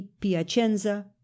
Piacenza